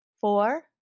four